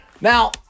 Now